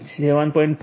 5 GB RAM 7